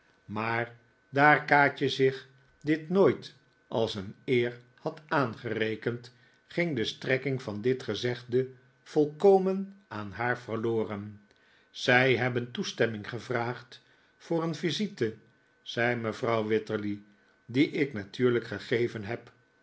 maar daar kaatje zich dit nooit als een eer had aangerekend ging de strekking van dit gezegde volkomen voor haar verloren zij hebben toestemming gevraagd voor een visite zei mevrouw wititterly die ik hun natuurlijk gegeven heb